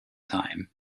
time